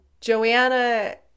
Joanna